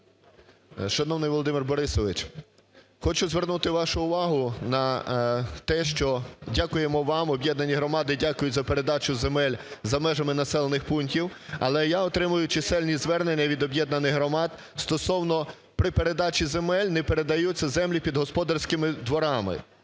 Шановний Володимире Борисовичу! Хочу звернути вашу увагу на те, що дякуємо вам, об'єднані громади дякують за передачу земель за межами населених пунктів. Але я отримую чисельні звернення від об'єднаних громад стосовно… при передачі земель не передаються землі під господарськими дворами.